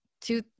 two